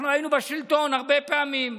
אנחנו היינו בשלטון הרבה פעמים.